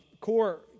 Core